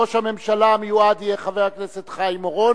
ראש הממשלה המיועד הוא חבר הכנסת חיים אורון.